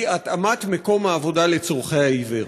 והיא התאמת מקום העבודה לצורכי העיוור.